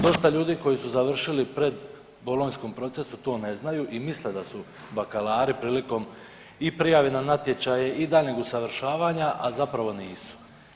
Dosta ljudi koji su završili predbolonjskom procesu to ne znaju i misle da su bakalari prilikom i prijave na natječaj i daljnjeg usavršavanja, a zapravo nisu.